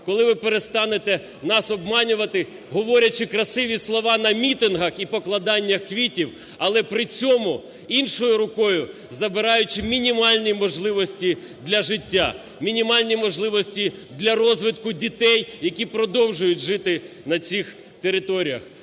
Коли ви перестанете нас обманювати, говорячи красиві слова на мітингах і покладаннях квітів, але при цьому іншою рукою забираючи мінімальні можливості для життя, мінімальні можливості для розвитку дітей, які продовжують жити на цих територіях?